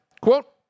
Quote